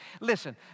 Listen